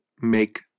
make